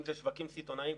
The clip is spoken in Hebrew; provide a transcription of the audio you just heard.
אם אלה שווקים סיטונאיים,